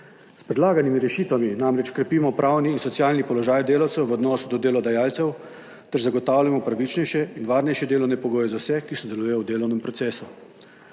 S predlaganimi rešitvami namreč krepimo pravni in socialni položaj delavcev v odnosu do delodajalcev ter zagotavljamo pravičnejše in varnejše delovne pogoje za vse, ki sodelujejo v delovnem procesu.